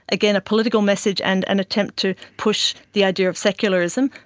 again, a political message and an attempt to push the idea of secularism.